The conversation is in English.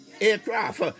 aircraft